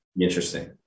Interesting